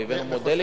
והבאנו מודלים.